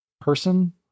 person